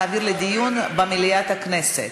להעביר לדיון במליאת הכנסת.